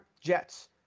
Jets